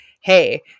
hey